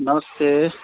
नमस्ते